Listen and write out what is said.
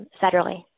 federally